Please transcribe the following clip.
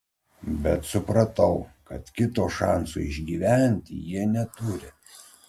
bet supratau kad kito šanso išgyventi jie neturi